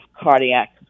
cardiac